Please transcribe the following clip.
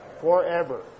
Forever